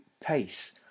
pace